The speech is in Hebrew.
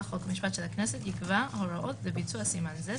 חוק ומשפט של הכנסת יקבע הוראות לביצוע סימן זה,